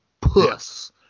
puss